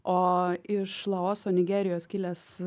o iš laoso nigerijos kilęs